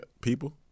people